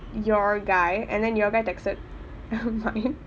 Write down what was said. your guy and then your guy texted uh mine